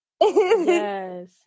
Yes